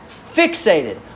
Fixated